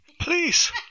Please